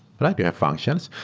but and have functions.